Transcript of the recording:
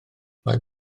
mae